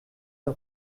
der